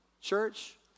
church